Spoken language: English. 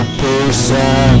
person